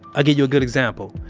i'll give you a good example.